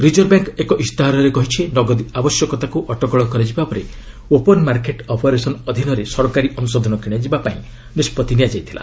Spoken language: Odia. ରିଜର୍ଭ ବ୍ୟାଙ୍କ୍ ଏକ ଇସ୍ତାହାରରେ କହିଛି ନଗଦି ଆବଶ୍ୟକତାକୁ ଅଟକଳ କରାଯିବା ପରେ ଓପନ୍ ମାର୍କେଟ୍ ଅପରେସନ୍ ଅଧୀନରେ ସରକାରୀ ଅଂଶଧନ କିଶାଯିବା ପାଇଁ ନିଷ୍କଭି ନିଆଯାଇଥିଲା